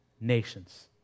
nations